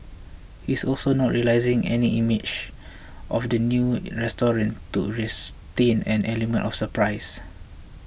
he's also not releasing any images of the new restaurant to retain an element of surprise